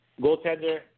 Goaltender